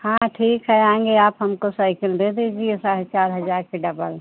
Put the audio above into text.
हाँ ठीक है आएँगे आप हमको साइकिल दे दीजिए साढ़े चार हजार के डबल